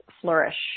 flourish